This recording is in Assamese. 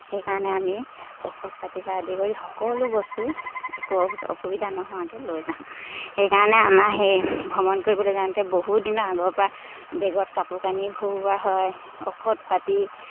সেইকাৰণে আমি ঔষধ পাতিৰপৰা আদি কৰি সকলো বস্তু একো অসুবিধা নোহোৱাকৈ লৈ যাওঁ সেইকাৰণে আমাৰ সেই ভ্ৰমণ কৰিবলৈ যাওঁতে বহু দিনৰ আগৰপৰা বেগত কাপোৰ কানি ভৰোৱা হয় ঔষধ পাতি